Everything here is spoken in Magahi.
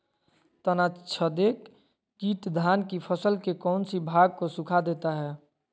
तनाछदेक किट धान की फसल के कौन सी भाग को सुखा देता है?